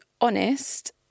honest